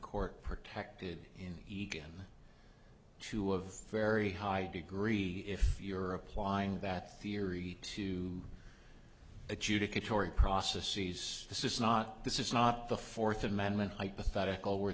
court protected in eagan to a very high degree if you're applying that theory to adjudicatory process sees this is not this is not the fourth amendment hypothetical where